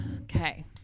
Okay